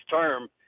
term